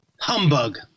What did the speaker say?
Humbug